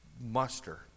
muster